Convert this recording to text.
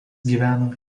gyveno